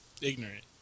ignorant